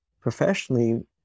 professionally